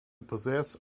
possess